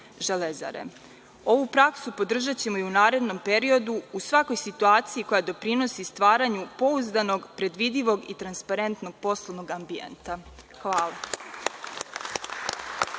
Ovu praksu podržaćemo i u narednom periodu u svakoj situaciji koja doprinosa zatvaranju pouzdanog, predvidivog i transparentnog poslovnog ambijenta. Hvala.